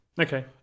Okay